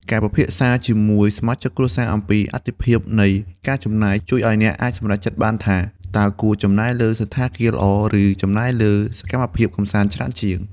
ការពិភាក្សាជាមួយសមាជិកគ្រួសារអំពី "អាទិភាពនៃការចំណាយ" ជួយឱ្យអ្នកអាចសម្រេចចិត្តបានថា តើគួរចំណាយលើសណ្ឋាគារល្អ ឬចំណាយលើសកម្មភាពកម្សាន្តច្រើនជាង។